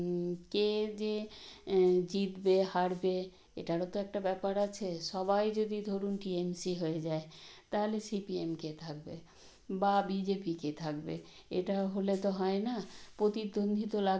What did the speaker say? আমাদের কালী পুজোতে স্কুল ছুটি থাকে এবং নানা অফিসও ছুটি থাকে সে কালী পুজো আমরা এইভাবেই কাটাই আমরা কালী পুজোর দিন আমরা অনেক যেমন কালী পুজোর দিন আমরা ঠাকুর দেখতে বেরোই